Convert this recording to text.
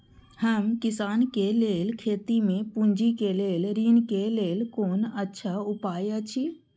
हम किसानके लेल खेती में पुंजी के लेल ऋण के लेल कोन अच्छा उपाय अछि?